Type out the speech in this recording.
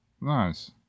Nice